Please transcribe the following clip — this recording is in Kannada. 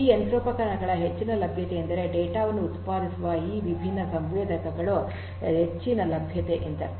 ಈ ಯಂತ್ರೋಪಕರಣಗಳ ಹೆಚ್ಚಿನ ಲಭ್ಯತೆ ಎಂದರೆ ಡೇಟಾ ವನ್ನು ಉತ್ಪಾದಿಸುವ ಈ ವಿಭಿನ್ನ ಸಂವೇದಕಗಳ ಹೆಚ್ಚಿನ ಲಭ್ಯತೆ ಎಂದರ್ಥ